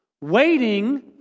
Waiting